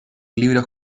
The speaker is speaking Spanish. libros